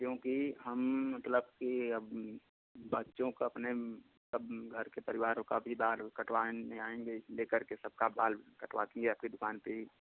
क्योंकि हम मतलब कि अब बच्चों का अपने मतलब घर के परिवारों का भी बाल उल कटवाने आएँगे ले र के सबका बाल कटवाते आपकी दुकान पर ही